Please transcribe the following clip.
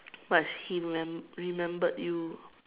but he remem~ remembered you